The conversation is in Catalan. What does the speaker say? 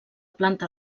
planta